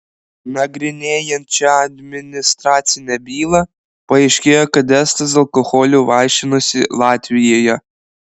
nagrinėjant šią administracinę bylą paaiškėjo kad estas alkoholiu vaišinosi latvijoje